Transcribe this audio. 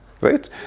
Right